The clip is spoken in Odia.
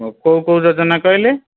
ହଉ କେଉଁ କେଉଁ ଯୋଜନା କହିଲେ